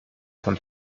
von